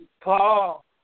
Paul